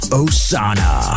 osana